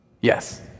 Yes